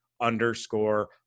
underscore